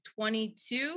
22